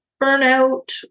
burnout